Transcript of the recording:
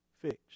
fixed